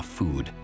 food